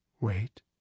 Wait